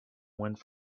went